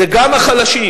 זה גם החלשים.